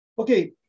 Okay